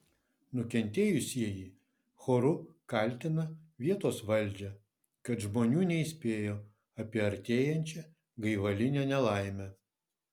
nukentėjusieji choru kaltina vietos valdžią kad žmonių neįspėjo apie artėjančią gaivalinę nelaimę